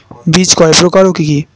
বীজ কয় প্রকার ও কি কি?